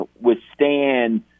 withstand